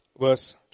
verse